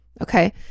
Okay